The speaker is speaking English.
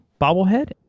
bobblehead